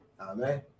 Amen